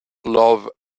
love